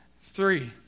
Three